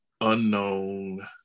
unknown